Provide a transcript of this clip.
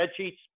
spreadsheets